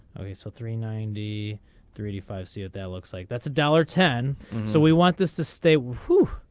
okay so three ninety three five see what that looks like that's a dollar ten so we want this to stay with who.